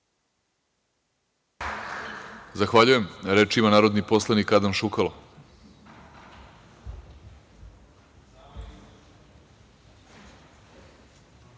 Zahvaljujem. Reč ima narodni poslanik Adam Šukalo.